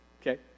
Okay